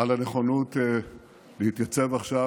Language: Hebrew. על הנכונות להתייצב עכשיו,